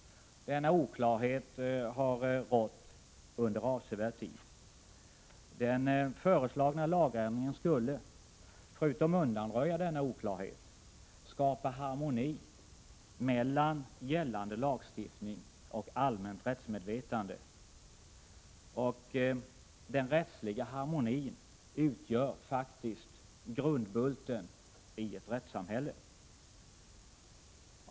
Denna oklarhet har rått under avsevärd tid. Den föreslagna lagändringen skulle — förutom att undanröja denna oklarhet — skapa harmoni mellan gällande lagstiftning och allmänt rättsmedvetande. Och den rättsliga harmonin utgör faktiskt grundbulten i ett rättssamhälle.